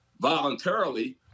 voluntarily